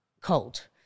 cold